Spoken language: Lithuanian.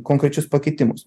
konkrečius pakitimus